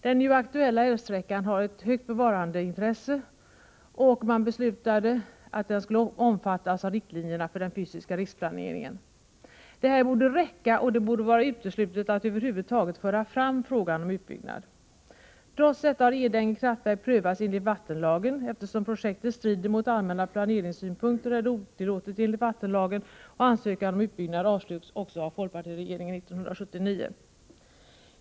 Den nu aktuella älvsträckan har ett så högt bevarandeintresse att man beslutade att den skulle omfattas av riktlinjerna för den fysiska planeringen. Det här borde räcka, och det borde vara uteslutet att över huvud taget föra fram frågan om utbyggnad. Trots detta har Edänge kraftverk prövats enligt vattenlagen. Eftersom projektet strider mot allmänna planeringssynpunkter, är det otillåtet enligt vattenlagen. Ansökan om utbyggnad avslogs också av folkpartiregeringen år 1979.